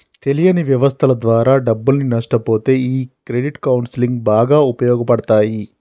తెలియని వ్యవస్థల ద్వారా డబ్బుల్ని నష్టపొతే ఈ క్రెడిట్ కౌన్సిలింగ్ బాగా ఉపయోగపడతాయి